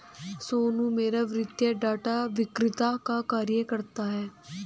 सोनू मेहरा वित्तीय डाटा विक्रेता का कार्य करता है